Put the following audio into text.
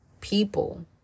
people